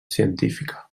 científica